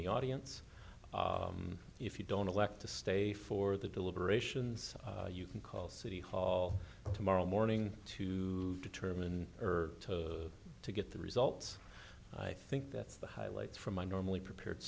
the audience if you don't elect to stay for the deliberations you can call city hall tomorrow morning to determine or to get the results i think that's the highlights from my normally prepared